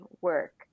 work